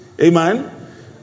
Amen